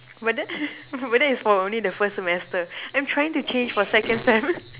but then but then it's for only the first semester I'm trying to change for second sem